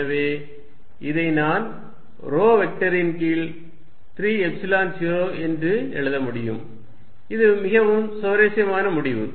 எனவே இதை நான் ρ வெக்டரின் கீழ் 3 எப்சிலன் 0 என்று எழுத முடியும் இது மிகவும் சுவாரஸ்யமான முடிவு